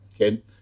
Okay